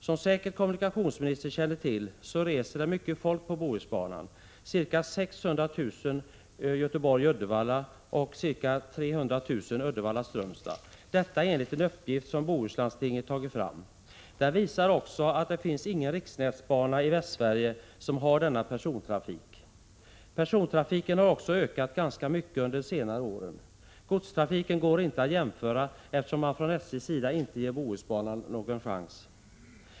: Som säkert kommunikationsministern känner till reser det mycket folk på Bohusbanan — ca 600 000 Göteborg-Uddevalla och ca 300 000 Uddevalla— Strömstad — detta enligt en uppgift som Bohuslandstinget tagit fram. Den visar också att det inte finns någon riksnätsbana i Västsverige som har denna persontrafik. Persontrafiken har också ökat ganska mycket under senare år. När det gäller godstrafiken går det inte att göra en jämförelse, eftersom man från SJ:s sida inte ger Bohusbanan någon chans.